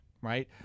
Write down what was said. right